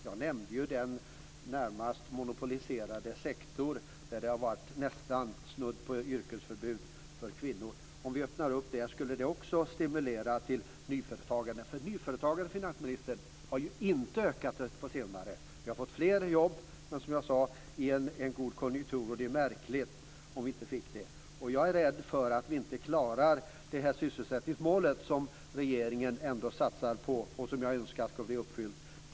Jag nämnde den närmast monopoliserade sektor där det har varit snudd på yrkesförbud för kvinnor. Om vi öppnar upp den skulle det också stimulera till nyföretagande. Nyföretagandet, finansministern, har inte ökat på senare år. Vi har fått fler jobb, men det har varit i en god konjunktur. Det vore märkligt om vi inte fick fler jobb. Jag är rädd för att vi inte klarar sysselsättningsmålet som regeringen ändå satsar på att nå och som jag önskar skall bli uppfyllt.